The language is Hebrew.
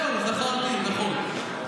זהו, זכרתי נכון.